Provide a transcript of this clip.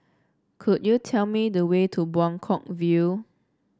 could you tell me the way to Buangkok View